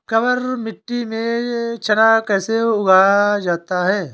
काबर मिट्टी में चना कैसे उगाया जाता है?